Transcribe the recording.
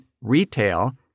retail